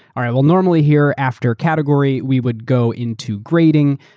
ah and normally here, after category, we would go into grading.